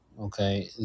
okay